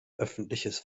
öffentliches